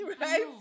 right